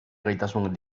gaitasun